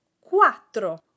quattro